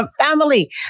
Family